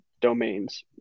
domains